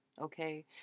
okay